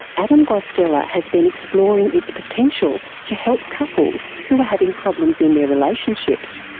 adam guastella has been exploring its potential to help couples who are having problems in their relationships.